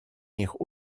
них